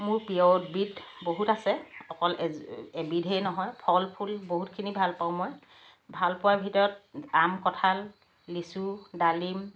মোৰ প্ৰিয় উদ্ভিদ বহুত আছে অকল এজ্ এবিধেই নহয় ফল ফুল বহুতখিনি ভাল পাওঁ মই ভাল পোৱাৰ ভিতৰত আম কঁঠাল লিচু ডালিম